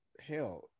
hell